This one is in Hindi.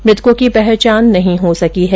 मृतको की पहचान नहीं हो सकी है